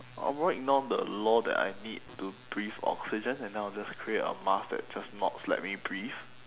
I would ignore the law that I need to breathe oxygen and then I'll just create a mask that just nots let me breathe